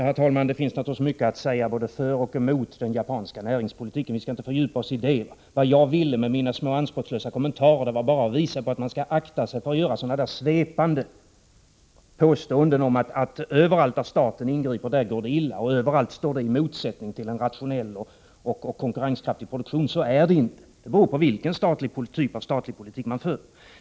Herr talman! Det finns naturligtvis mycket att säga både för och emot den japanska näringspolitiken. Vi skall inte fördjupa oss i det ämnet. Vad jag med mina små anspråkslösa kommentarer ville var bara att visa att man skall akta sig för att göra svepande påståenden om att överallt där staten ingriper går det illa och att det överallt står i motsättning till en rationell och konkurrenskraftig produktion. Så är det inte; det beror på vilken typ av statlig politik man för.